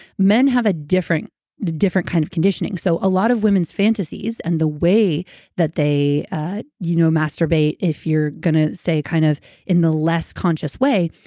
men have a different different kind of conditioning. so a lot of women's fantasies and the way that they ah you know masturbate, if you're going to say kind of in the less conscious way,